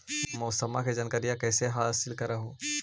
मौसमा के जनकरिया कैसे हासिल कर हू?